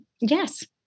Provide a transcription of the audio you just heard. yes